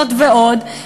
זאת ועוד,